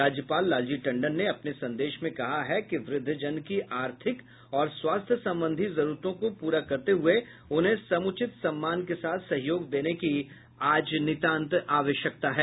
राज्यपाल लालजी टंडन ने अपने संदेश में कहा है कि व्रद्वजन की आर्थिक और स्वास्थ्य संबंधी जरूरतों को पूरा करते हुये उन्हें समुचित सम्मान के साथ सहयोग देने की आज नितांत आवश्यकता है